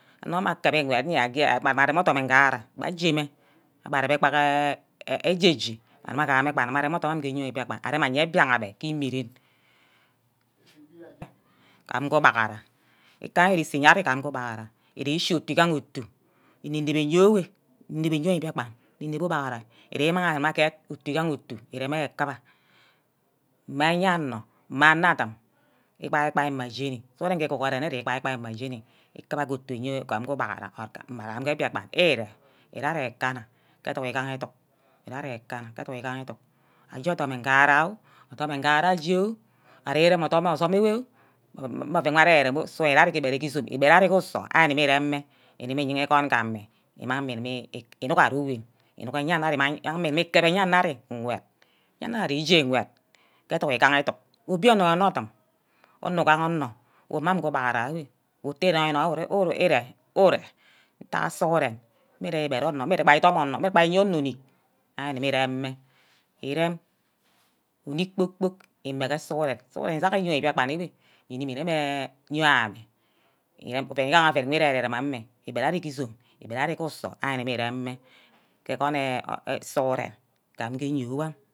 Anor mme akabi ngwed nje akubor arem odum ngara abe ajeme, agba reme gbagha eje-je agama agume gba agubo arem ordom mor ordimo gba ke eyio mbiakpan aye mbiaha abe ke imeren amin ke ubaghara italist iye wor ari igam ke ubaghera ereshi egaha otu ini yourweh, nnimi ye mbiakpan inimi ubaghara ke imang aguma aged ke otu igaha otu ireme akiba mme ayanor, mme anor adim gbai gbai mma jenii, sughuren ngi guru wor nne igbai-gbai mma jeni ikuba ke otu iye ubaghera mme amin ke mbiakpan irem, ire ari- ekanna ke educk, igaha educk ire ari-ekanna ke educk igaha educk aje odum igara oh, odum ngara aje oh, ari erem odum osume iyea oh, mme oven wor arear rem oh sughuren ire igbere ke izone igbere ari ke usor, ari gumor ireme, igime iyene agon ga mme, imang mme igube inug ari wem, ari gumeh ikep ayannor agim ngwed, ayanna arear ije ngwed ke educk igaha educk obianor anor ordum, onor ugaha onor wor mme amin ke ubaghara ite inor-nor we ntagha sughuren mme ebere ornor, ime idum onor, mme gba ite onor ornick imege sughuren, sughuren izack eni biakpan enwe inime nne yene nyo amme oven wu ire-re-rem amin, igbere ari ki izome, ibere ari ku usor ari kibbi ireme ke agone sughuren igamge yo am.